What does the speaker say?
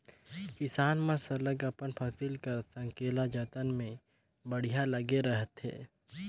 किसान मन सरलग अपन फसिल कर संकेला जतन में बड़िहा लगे रहथें